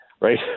right